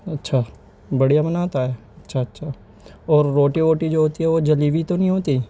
اچھا بڑھیا بناتا ہے اچھا اچھا اور روٹی ووٹی جو ہوتی ہے وہ جلی ہوئی تو نہیں ہوتی